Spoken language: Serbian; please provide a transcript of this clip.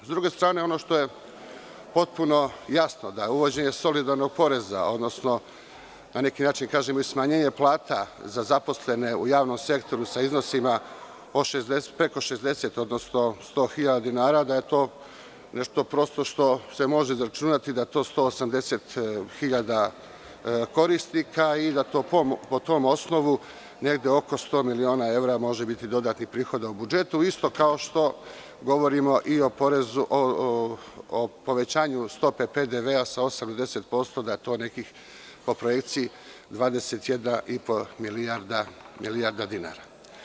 S druge strane, ono što je potpuno jasno, da uvođenje solidarnog poreza, odnosno na neki način i smanjenje plata zaposlene u javnom sektoru sa iznosima preko 60.000 odnosno 100.000 dinara, da je to prosto nešto što se može izračunati, da je to 180.000 korisnika i da po tom osnovu negde oko 100 miliona evra može biti dodatnih prihoda u budžetu, isto kao što govorimo i o povećanju stope PDV sa 8% na 10%, da je to po projekciji negde oko 21,5 milijardi dinara.